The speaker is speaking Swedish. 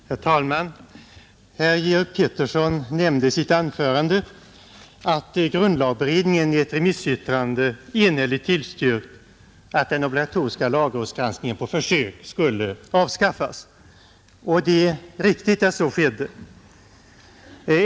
Herr talman! Herr Pettersson i Visby nämnde i sitt anförande att grundlagberedningen i ett remissyttrande enhälligt tillstyrkt att den obligatoriska lagrådsgranskningen på försök skulle avskaffas. Det är riktigt att så skedde.